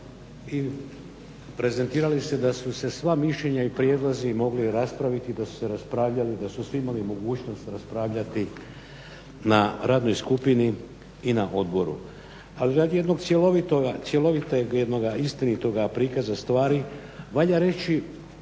i prezentirali da su se sva mišljenja i prijedlozi mogli raspraviti da su se raspravljali, da su se imali mogućnosti raspravljati na radnoj skupini i na odboru. Ali radi jednog cjelovitoga istinitoga prikaza stvari valja reći